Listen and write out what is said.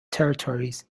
territories